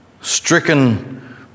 stricken